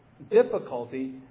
difficulty